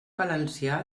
valencià